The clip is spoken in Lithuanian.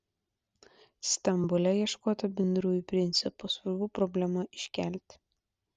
stambule ieškota bendrųjų principų svarbu problemą iškelti